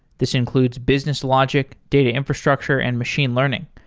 this includes business logic, data infrastructure and machine learning.